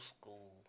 school